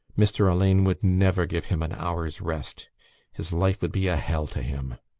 mr. alleyne would never give him an hour's rest his life would be a hell to him.